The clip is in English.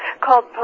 called